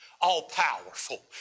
all-powerful